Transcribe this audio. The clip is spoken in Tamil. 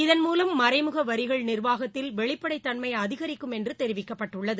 இதன் மூலம் மறைமுக வரிகள் நிர்வாகத்தில் வெளிப்படைத்தன்மை அதிகிக்கும் என்று தெரிவிக்கப்பட்டுள்ளது